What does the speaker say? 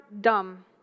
dumb